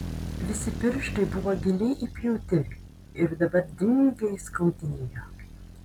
visi pirštai buvo giliai įpjauti ir dabar dilgiai skaudėjo